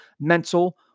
mental